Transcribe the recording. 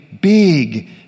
big